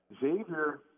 Xavier